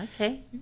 okay